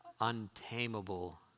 untamable